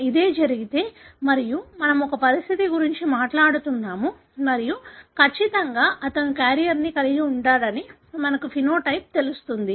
ఇదే జరిగితే మరియు మేము ఒక పరిస్థితి గురించి మాట్లాడు తున్నాము మరియు ఖచ్చితంగా అతను క్యారియర్ని కలిగి ఉంటాడని మనకు ఫెనోటైప్ తెలిస్తే